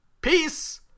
Peace